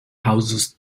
houses